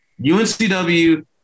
UNCW